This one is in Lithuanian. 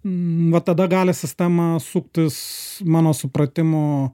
nuo tada gali sistema suktis mano supratimu